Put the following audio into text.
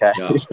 Okay